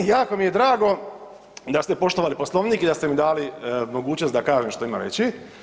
Jako mi je drago da ste poštovali Poslovnik i da ste mi dali mogućnost da kažem što imam reći.